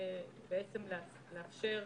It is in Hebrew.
לאפשר,